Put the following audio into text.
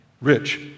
Rich